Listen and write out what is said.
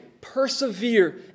persevere